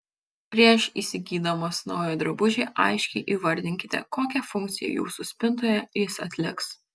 prieš įsigydamos naują drabužį aiškiai įvardinkite kokią funkciją jūsų spintoje jis atliks